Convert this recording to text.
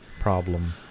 problem